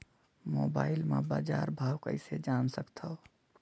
Mobile म बजार भाव कइसे जान सकथव?